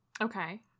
Okay